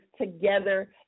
together